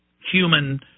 human